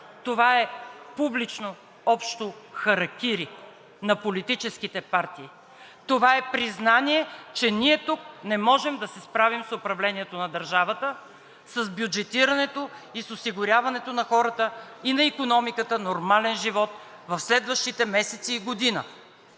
това е публично общо харакири на политическите партии. Това е признание, че ние тук не можем да се справим с управлението на държавата, с бюджетирането и с осигуряването на хората и на икономиката нормален живот в следващите месеци и година